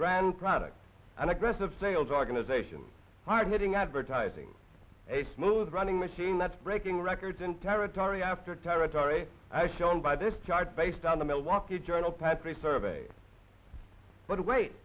grand product an aggressive sales organization hard hitting advertising a smooth running machine that's breaking records in territory after territory shown by this chart based on the milwaukee journal patrick survey but wait